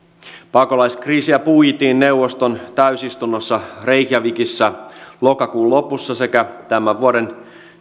pakolaiskriisiä puitiin neuvoston täysistunnossa reykjavikissa lokakuun lopussa sekä tämän vuoden